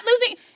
losing